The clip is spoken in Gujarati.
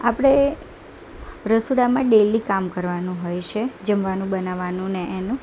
આપણે રસોડામાં ડેલી કામ કરવાનું હોય છે જમવાનું બનાવાનુંને એનું